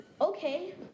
Okay